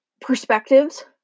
perspectives